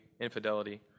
infidelity